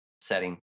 setting